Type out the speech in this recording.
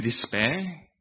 despair